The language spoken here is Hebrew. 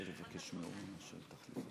חבר הכנסת אלכס קושניר,